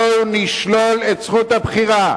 בואו נשלול את זכות הבחירה.